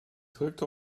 drukte